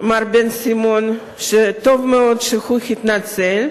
מר בן-סימון, שטוב מאוד שהוא התנצל.